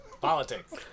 Politics